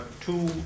two